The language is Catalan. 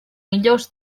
millors